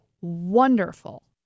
wonderful